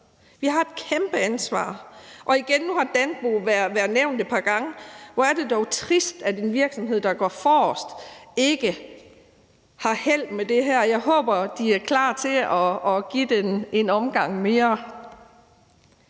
Vi har et kæmpeansvar. Nu har Danpo været nævnt et par gange. Hvor er det dog trist, at en virksomhed, der går forrest, ikke har held med det her. Jeg håber, de er klar til at give den en omgang mere.